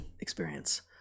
experience